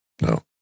No